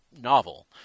novel